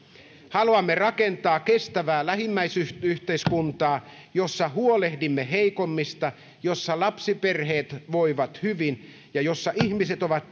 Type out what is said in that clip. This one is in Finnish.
haluamme rakentaa kestävää lähimmäisyhteiskuntaa jossa huolehdimme heikoimmista jossa lapsiperheet voivat hyvin ja jossa ihmiset ovat